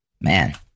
man